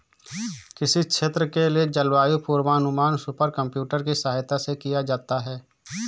किसी क्षेत्र के लिए जलवायु पूर्वानुमान सुपर कंप्यूटर की सहायता से किया जाता है